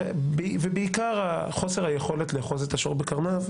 ובעיקר חוסר היכולת לאחוז את השור בקרניו,